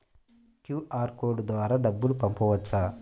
QR code ద్వారా డబ్బులు పంపవచ్చా?